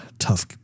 tough